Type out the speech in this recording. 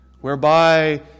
whereby